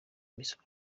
imisoro